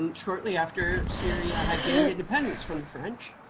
um shortly after syria had gained independence from the french,